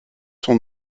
son